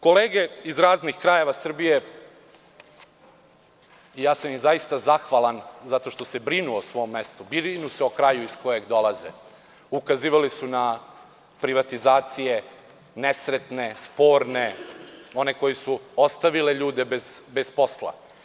Kolege iz raznih krajeva Srbije, ja sam im zaista zahvalan zato što se brinu o svom mestu, brinu se o kraju iz kojeg dolaze, ukazivali su na privatizacije, nesretne, sporne, one koje su ostavile ljude bez posla.